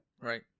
Right